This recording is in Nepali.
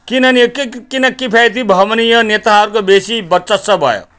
किनभने यो के किनकि किफायती भयो भने यो नेताहरूको बेसी वर्चस्व भयो